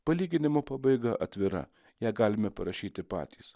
palyginimo pabaiga atvira ją galime parašyti patys